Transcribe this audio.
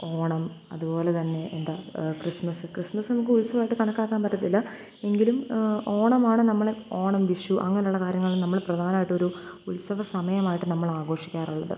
ഓണം അതുപോലെതന്നെ എന്താണ് ക്രിസ്മസ്സ് ക്രിസ്നുമസ്സ് നമുക്കുത്സവമായിട്ട് കണക്കാക്കാമ്പറ്റത്തില്ല എങ്കിലും ഓണമാണ് നമ്മളെ ഓണം വിഷു അങ്ങനെയുള്ള കാര്യങ്ങള് നമ്മള് പ്രധാനമായിട്ടൊരു ഉത്സവസമയമായിട്ട് നമ്മളാഘോഷിക്കാറുള്ളത്